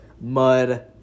mud